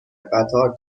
قطار